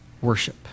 worship